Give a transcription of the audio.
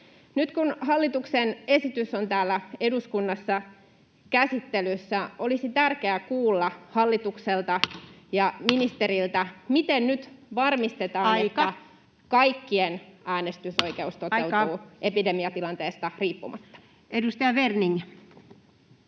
Nyt kun hallituksen esitys on täällä eduskunnassa käsittelyssä, olisi tärkeää kuulla hallitukselta ja ministeriltä, miten nyt varmistetaan, [Puhemies: Aika!] että kaikkien äänestysoikeus toteutuu epidemiatilanteesta riippumatta. Edustaja Werning.